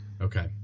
Okay